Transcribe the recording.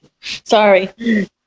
Sorry